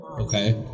Okay